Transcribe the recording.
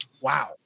wow